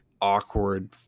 awkward